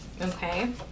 okay